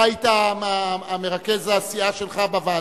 אתה היית מרכז הסיעה שלך בוועדה.